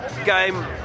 game